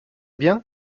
bien